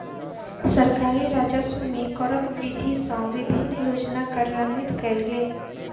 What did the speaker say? सरकारी राजस्व मे करक वृद्धि सँ विभिन्न योजना कार्यान्वित कयल गेल